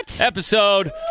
episode